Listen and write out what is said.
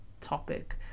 topic